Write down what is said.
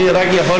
לייקים,